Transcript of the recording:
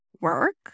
work